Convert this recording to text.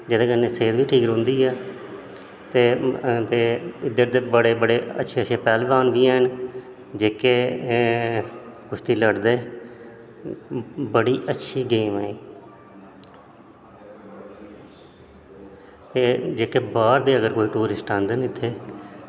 जेह्दे कन्नै सेह्त बी ठीक रौंह्दी ऐ ते इद्दर दे बड़े बड़े अच्छे अच्छे पैह्लवान बी हैन जेह्के कुश्ती लड़दे बड़ी अच्छी गेम ऐ ते जेह्का बाह्र दे कोई टूरिस्ट आंदे न इत्थें